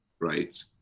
Right